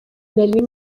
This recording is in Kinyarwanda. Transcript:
nari